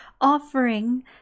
offering